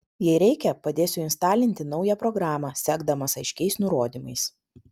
jei reikia padėsiu instalinti naują programą sekdamas aiškiais nurodymais